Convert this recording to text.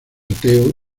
ateo